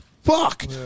fuck